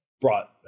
brought